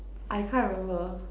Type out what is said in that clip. I can't remember